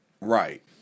right